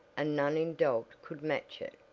and none in dalt could match it,